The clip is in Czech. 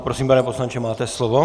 Prosím, pane poslanče, máte slovo.